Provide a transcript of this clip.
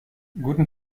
guten